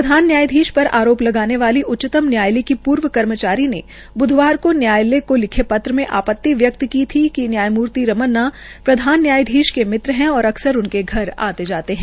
प्रधान न्यायाधीश पर आरोप लगाने वाली उच्चतम न्यायालय की पूर्व कर्मचारी ने बृधवार को न्यायालय को लिखे पत्र में आपति व्यक्त की थी कि न्यायमूर्ति रमन्ना प्रधान न्यायधीश के मित्र है और अक्सर उनके घर आते जाते है